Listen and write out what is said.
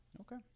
Okay